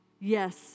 Yes